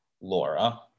Laura